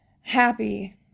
happy